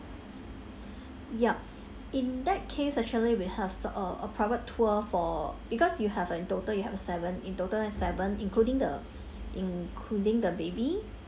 yup in that case actually we have uh a private tour for because you have in total you have seven in total seven including the including the baby